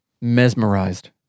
mesmerized